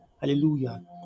hallelujah